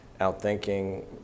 outthinking